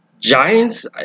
Giants